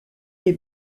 les